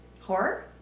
Horror